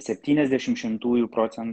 septyniasdešim šimtųjų procen